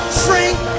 strength